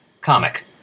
comic